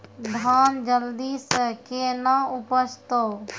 धान जल्दी से के ना उपज तो?